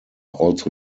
also